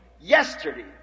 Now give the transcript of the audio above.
yesterday